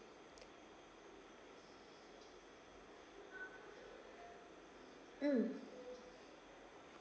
mm